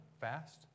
fast